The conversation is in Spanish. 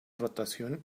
rotación